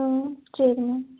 ம் சரிம்மா